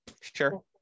sure